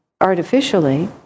artificially